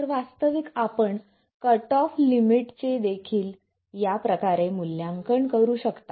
तर वास्तविक आपण कट ऑफ लिमिट चे देखील या प्रकारे मूल्यांकन करू शकता